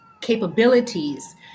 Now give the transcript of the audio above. capabilities